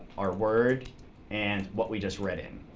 our word and what we just read in.